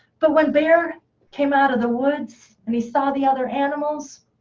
but when bear came out of the woods, and he saw the other animals,